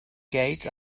gates